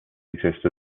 exist